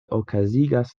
okazigas